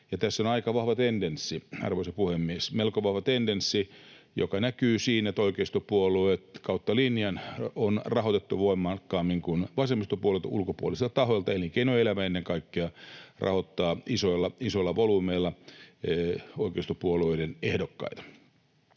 tässä on aika vahva tendenssi, arvoisa puhemies, melko vahva tendenssi, joka näkyy siinä, että oikeistopuolueita kautta linjan on rahoitettu ulkopuolisilta tahoilta voimakkaammin kuin vasemmistopuolueita. Elinkeinoelämä ennen kaikkea rahoittaa isoilla volyymeilla oikeistopuolueiden ehdokkaita.